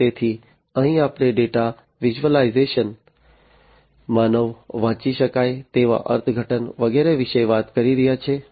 તેથી અહીં આપણે ડેટા વિઝ્યુલાઇઝેશન માનવ વાંચી શકાય તેવા અર્થઘટન વગેરે વિશે વાત કરી રહ્યા છીએ